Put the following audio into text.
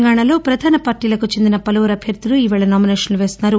తెలంగాణాలో ప్రధానపార్టీలకు చెందిన పలువురు అభ్యర్థులు ఈరోజు నామినేషన్లు వేస్తున్నారు